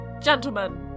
gentlemen